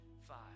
five